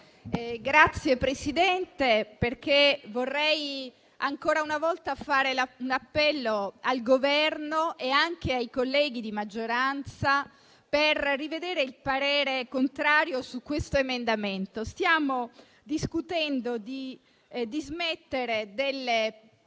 Signor Presidente, vorrei ancora una volta rivolgere un appello al Governo e anche ai colleghi della maggioranza per rivedere il parere contrario su questo emendamento. Stiamo discutendo di dismettere delle società